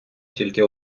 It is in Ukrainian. тільки